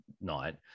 night